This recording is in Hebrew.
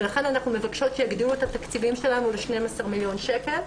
לכן אנחנו מבקשות שיגדילו את התקציבים שלנו ל-12 מיליון שקל.